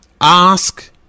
ask